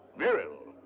virile,